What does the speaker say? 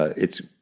it's,